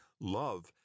love